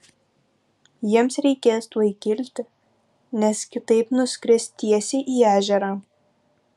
jiems reikės tuoj kilti nes kitaip nuskris tiesiai į ežerą